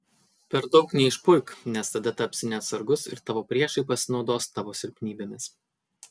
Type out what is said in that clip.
per daug neišpuik nes tada tapsi neatsargus ir tavo priešai pasinaudos tavo silpnybėmis